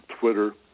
Twitter